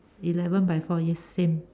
eleven by four yes same